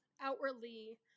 outwardly